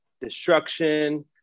destruction